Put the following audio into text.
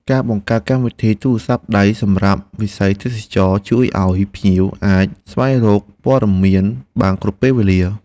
ការបង្កើតកម្មវិធីទូរស័ព្ទដៃសម្រាប់វិស័យទេសចរណ៍ជួយឱ្យភ្ញៀវអាចស្វែងរកព័ត៌មានបានគ្រប់ពេលវេលា។